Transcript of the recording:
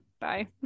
Bye